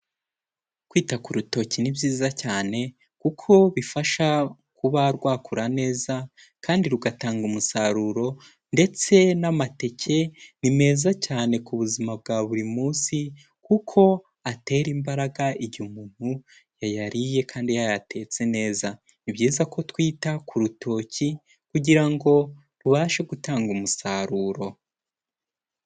Kwita ku rutoki ni byiza cyane, kuko bifasha kuba rwakura neza kandi rugatanga umusaruro, ndetse n'amateke ni meza cyane ku buzima bwa buri munsi, kuko atera imbaraga igihe umuntu yayariye kandi yatetse neza, ni byiza ko twita ku rutoki kugira ngo rubashe gutanga umusaruro.